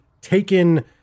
taken